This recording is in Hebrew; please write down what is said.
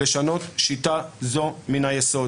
לשנות שיטה זו מן היסוד?